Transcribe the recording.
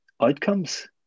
outcomes